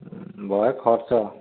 ବହେ ଖର୍ଚ୍ଚ